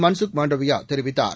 மன்சுக் மண்டாவியா தெரிவித்தார்